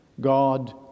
God